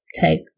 take